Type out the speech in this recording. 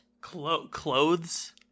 Clothes